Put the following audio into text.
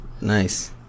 Nice